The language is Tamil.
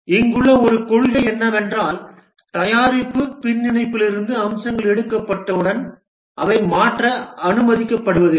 இங்குள்ள ஒரு கொள்கை என்னவென்றால் தயாரிப்பு பின்னிணைப்பிலிருந்து அம்சம் எடுக்கப்பட்டவுடன் அவை மாற்ற அனுமதிக்கப்படுவதில்லை